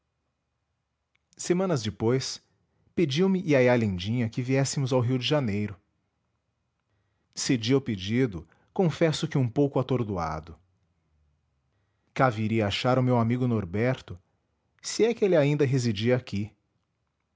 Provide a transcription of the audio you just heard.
semanas depois pediu-me iaiá lindinha que viéssemos ao rio de janeiro cedi ao pedido confesso que um pouco atordoado cá viria achar o meu amigo norberto se é que ele ainda residia aqui